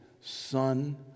Son